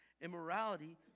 immorality